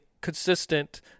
consistent